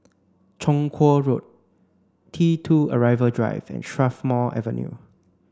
Chong Kuo Road T two Arrival Drive and Strathmore Avenue